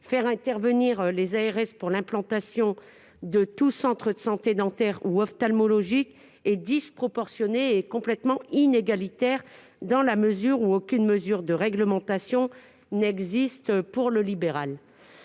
Faire intervenir les ARS pour l'implantation de tout centre de santé dentaire ou ophtalmologique est disproportionné et complètement inégalitaire, dans la mesure où aucune mesure de réglementation n'est prévue pour le